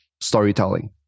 storytelling